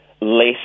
less